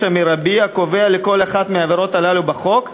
המרבי הקבוע לכל אחת מהעבירות הללו בחוק,